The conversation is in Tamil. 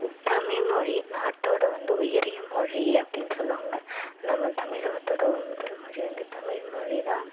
தமிழ் மொழி நாட்டோட வந்து உயரிய மொழி அப்படினு சொல்லுவாங்க நம்ம தமிழகத்தோட முதல் மொழி வந்து தமிழ் மொழி தான்